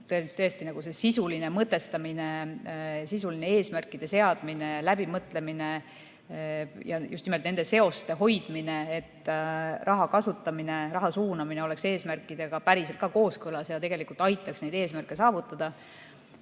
on olnud. Tõesti, sisuline mõtestamine, sisuline eesmärkide seadmine, läbimõtlemine ja just nimelt nende seoste hoidmine, et raha kasutamine, raha suunamine oleks eesmärkidega päriselt ka kooskõlas ja tegelikult aitaks neid eesmärke saavutada,